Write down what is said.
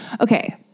Okay